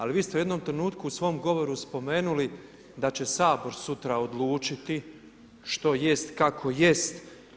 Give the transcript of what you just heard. Ali, vi ste u jednom trenutku, u svom govoru spomenuli, da će Sabor sutra odlučiti, što jest, kako jest.